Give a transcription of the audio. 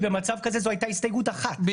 במצב כזה זו הייתה הסתייגות אחת,